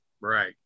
right